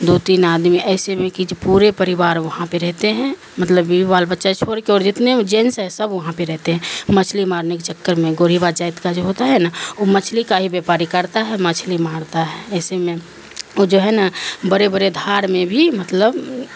دو تین آدمی ایسے میں کہ جو پورے پریوار وہاں پہ رہتے ہیں مطلب بیوی بال بچہ چھوڑ کے اور جتنے جینس ہے سب وہاں پہ رہتے ہیں مچھلی مارنے کے چکر میں گورریبا جائت کا جو ہوتا ہے نا وہ مچھلی کا ہی بیپاری کرتا ہے مچھلی مارتا ہے ایسے میں وہ جو ہے نا بڑے برے دھار میں بھی مطلب